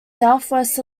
southwest